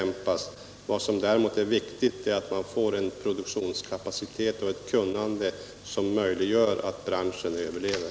Men vad som är viktigt är att man får en produktionskapacitet och ett kunnande som möjliggör att branschen överlever.